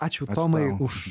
ačiū tomai už